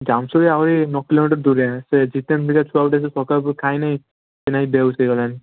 ଜାମସେଦ ଆହୁରି ନଅ କିଲୋମିଟର୍ ଦୂରିଆରେ ସେ ଜିତେନ ବୋଲି ଛୁଆ ଗୋଟେ ସକାଳପହରୁ ଖାଇନାହିଁ ସେଲାଗି ବେହୋସ୍ ହେଇଗଲାଣି